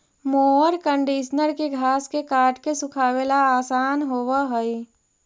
mower conditioner के घास के काट के सुखावे ला आसान होवऽ हई